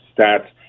stats